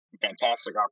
fantastic